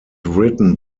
written